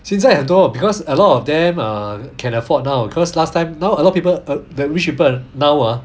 现在很多 because a lot of them uh can afford now cause last time now a lot people uh that rich people now ah